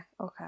okay